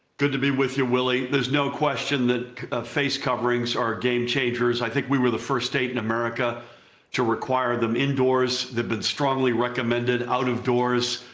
good to be with you, willie. there's no question that face coverings are game changers. i think we were the first state in america to require them indoors. they've been strongly recommended out of doors.